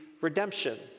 redemption